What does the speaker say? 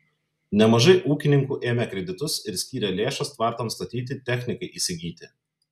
nemažai ūkininkų ėmė kreditus ir skyrė lėšas tvartams statyti technikai įsigyti